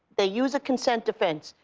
they use a consent defense.